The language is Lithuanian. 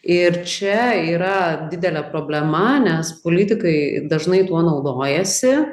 ir čia yra didelė problema nes politikai dažnai tuo naudojasi